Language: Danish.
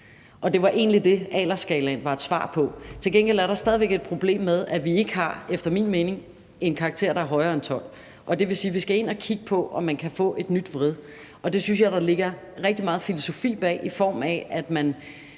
Det var egentlig det, Tommy Ahlers-skalaen var et svar på. Til gengæld er der efter min mening stadig væk et problem med, at vi ikke har en karakter, der er højere end 12. Det vil sige, at vi skal ind og kigge på, om man kan lave et nyt vrid, og det synes jeg der ligger rigtig meget filosofi bag, i form af at det